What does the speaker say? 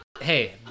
hey